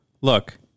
Look